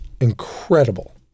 incredible